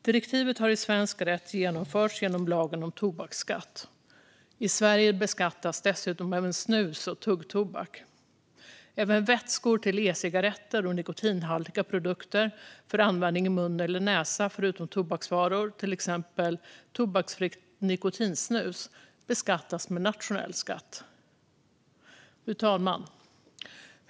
Direktivet har i svensk rätt genomförts genom lagen om tobaksskatt. I Sverige beskattas dessutom även snus och tuggtobak. Även vätskor till e-cigaretter och nikotinhaltiga produkter för användning i mun eller näsa förutom tobaksvaror, till exempel tobaksfritt nikotinsnus, beskattas med nationell skatt. Fru talman!